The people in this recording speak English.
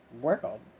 world